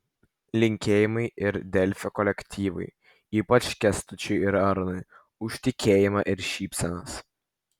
linkėjimai ir delfi kolektyvui ypač kęstučiui ir arnui už tikėjimą ir šypsenas